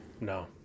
No